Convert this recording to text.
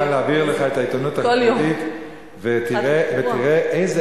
אני מוכן להעביר לך את העיתונות החרדית ותראה איזה